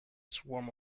swarm